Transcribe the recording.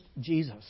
Jesus